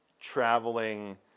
traveling